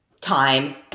time